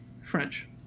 French